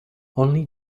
only